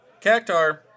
Cactar